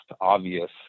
obvious